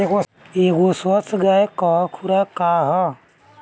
एगो स्वस्थ गाय क खुराक का ह?